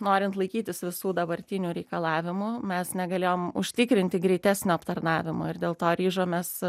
norint laikytis visų dabartinių reikalavimų mes negalėjom užtikrinti greitesnio aptarnavimo ir dėl to ryžomės